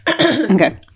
Okay